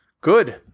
Good